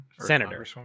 senator